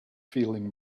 feeling